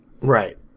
Right